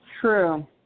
True